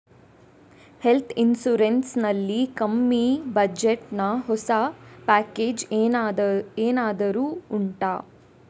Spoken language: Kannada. ಹೆಲ್ತ್ ಇನ್ಸೂರೆನ್ಸ್ ನಲ್ಲಿ ಕಮ್ಮಿ ಬಜೆಟ್ ನ ಹೊಸ ಪ್ಯಾಕೇಜ್ ಏನಾದರೂ ಉಂಟಾ